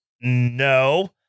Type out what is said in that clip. No